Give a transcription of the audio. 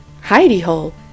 hidey-hole